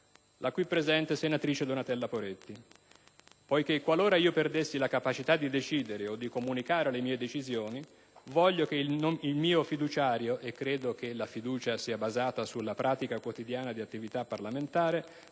la qui presente senatrice Donatella Poretti,